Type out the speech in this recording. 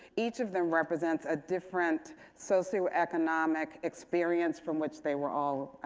each of them represents a different socioeconomic experience from which they were all